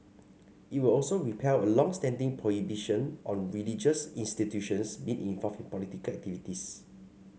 it would also repeal a long standing prohibition on religious institutions being involved in political activities